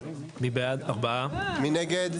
מי נגד?